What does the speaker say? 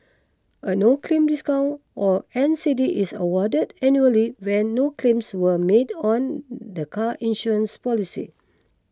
a no claim discount or N C D is awarded annually when no claims were made on the car insurance policy